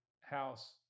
house